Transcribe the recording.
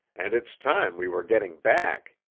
and it's time we were getting back.